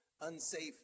unsafe